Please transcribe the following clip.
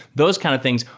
those kinds of things.